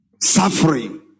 suffering